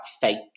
fake